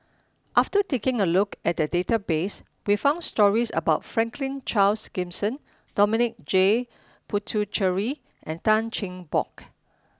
after taking a look at the database we found stories about Franklin Charles Gimson Dominic J Puthucheary and Tan Cheng Bock